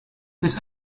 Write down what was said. this